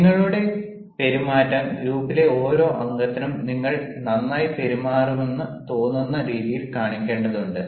നിങ്ങളുടെ പെരുമാറ്റം ഗ്രൂപ്പിലെ ഓരോ അംഗത്തിനും നിങ്ങൾ നന്നായി പെരുമാറുന്നുവെന്ന് തോന്നുന്ന രീതിയിൽ കാണിക്കേണ്ടതുണ്ട്